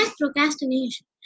procrastination